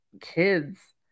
kids